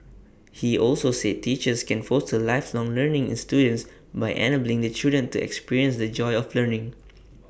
he also said teachers can foster lifelong learning in students by enabling the children to experience the joy of learning